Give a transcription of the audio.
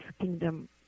kingdom